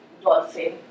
Dolphin